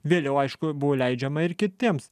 vėliau aišku buvo leidžiama ir kitiems